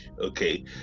okay